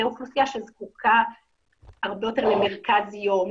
לאוכלוסייה שזקוקה הרבה יותר למרכז יום,